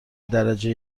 درجه